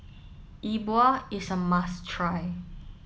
Yi Bua is a must try